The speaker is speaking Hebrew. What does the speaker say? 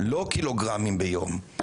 לא קילוגרמים ביום".